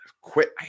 quit